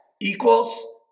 equals